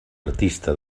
artista